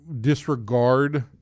disregard